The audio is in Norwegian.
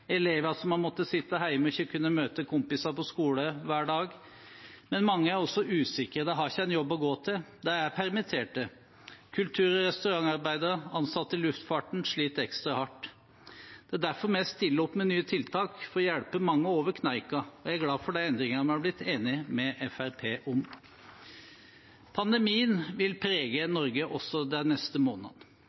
elever som har måttet sitte hjemme og ikke kunnet møte kompisene på skolen hver dag. Men mange er også usikre, de har ikke en jobb å gå til, de er permittert. Kultur- og restaurantarbeidere og ansatte i luftfarten sliter ekstra hardt. Det er derfor vi stiller opp med nye tiltak for å hjelpe mange over kneika, og jeg er glad for de endringene vi har blitt enige med Fremskrittspartiet om. Pandemien vil prege Norge også de neste månedene,